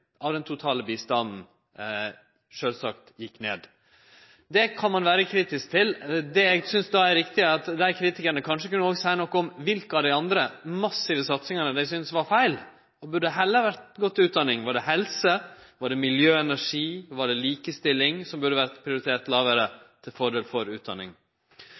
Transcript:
av den totale bistanden sjølvsagt gjekk ned. Det kan ein vere kritisk til. Eg synest då det er riktig at dei kritikarane kanskje òg kunne seie noko om kva for andre av dei massive satsingane dei syntest var feil og som heller burde ha gått til utdanning. Var det helse, var det miljø og energi, eller var det likestilling som burde ha vore prioritert lågare til fordel for utdanning?